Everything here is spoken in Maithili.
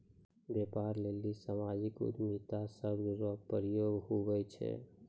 व्यापार लेली सामाजिक उद्यमिता शब्द रो प्रयोग हुवै छै